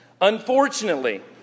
Unfortunately